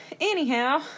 anyhow